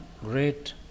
great